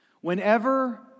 whenever